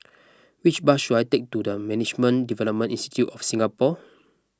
which bus should I take to the Management Development Institute of Singapore